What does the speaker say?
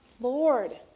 Lord